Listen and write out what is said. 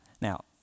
Now